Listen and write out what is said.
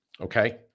Okay